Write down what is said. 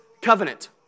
covenant